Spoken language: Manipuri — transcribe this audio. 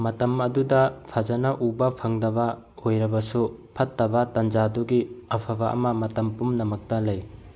ꯃꯇꯝ ꯑꯗꯨꯗ ꯐꯖꯅ ꯎꯕ ꯐꯪꯗꯕ ꯑꯣꯏꯔꯕꯁꯨ ꯐꯠꯇꯕ ꯇꯟꯖꯥꯗꯨꯒꯤ ꯑꯐꯕ ꯑꯃ ꯃꯇꯝ ꯄꯨꯝꯅꯃꯛꯇ ꯂꯩ